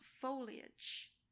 foliage